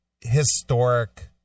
historic